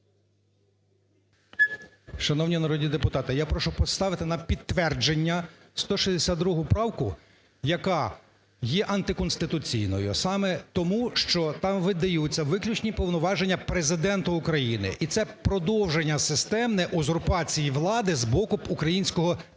Шановні народні депутати, я прошу поставити на підтвердження 162 правку, яка є антиконституційною саме тому, що там видаються виключні повноваження Президента України, і це продовження системне узурпації влади з боку українського